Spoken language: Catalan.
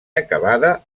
acabada